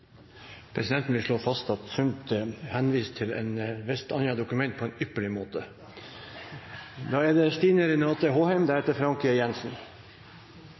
Presidenten vil slå fast at Sund henviste til et visst annet dokument på en ypperlig måte.